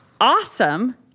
awesome